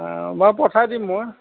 বাৰু পঠাই দিম মই